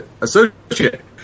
associate